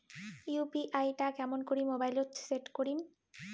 UPI টা কেমন করি মোবাইলত সেট করিম?